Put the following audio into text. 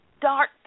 dark